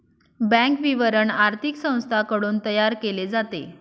bank विवरण आर्थिक संस्थांकडून तयार केले जाते